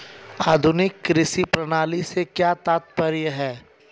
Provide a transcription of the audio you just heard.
आधुनिक कृषि प्रणाली से क्या तात्पर्य है?